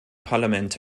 parlament